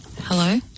Hello